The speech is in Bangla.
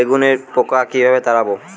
বেগুনের পোকা কিভাবে তাড়াব?